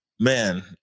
Man